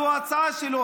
זו הצעה שלו,